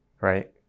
right